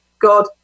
God